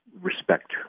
respect